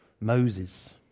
Moses